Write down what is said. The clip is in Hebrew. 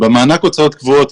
במענק הוצאות קבועות,